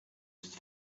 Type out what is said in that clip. ist